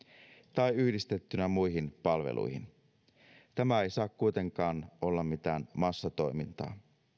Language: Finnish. tai yhdistettynä muihin palveluihin tämä ei saa kuitenkaan olla mitään massatoimintaa